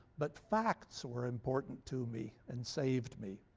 but facts were important to me and saved me.